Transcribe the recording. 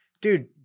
dude